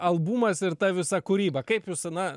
albumas ir ta visa kūryba kaip jūs na